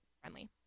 friendly